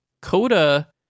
Coda